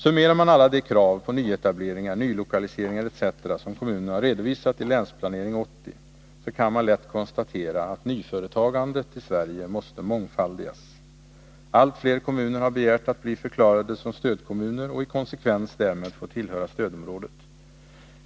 Summerar man alla de krav på nyetableringar, nylokaliseringar etc. som kommunerna har redovisat i Länsplanering 80, kan man lätt konstatera att nyföretagandet i Sverige måste mångfaldigas. Allt fler kommuner har begärt att bli förklarade som stödkommuner och i konsekvens därmed få tillhöra stödområdet.